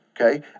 okay